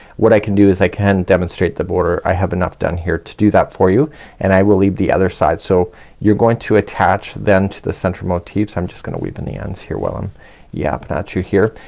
what i can do is i can demonstrate the border. i have enough done here to do that for you and i will leave the other side. so you're going to attach then to the center motif. so i'm just gonna weave in the ends here while i'm yapping at you here.